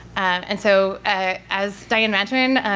and so as diane mentioned,